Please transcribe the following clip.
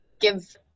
give